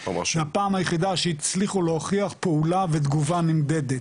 זה הפעם היחידה שהצליחו להוכיח פעולה ותגובה נמדדת.